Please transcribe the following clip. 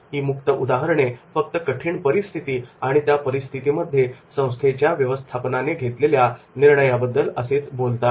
ही मुक्त उदाहरणे फक्त कठीण परिस्थिती आणि त्या परिस्थितीमध्ये संस्थेच्या व्यवस्थापनाने घेतलेल्या निर्णयाबद्दल असच बोलतात